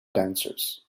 dancers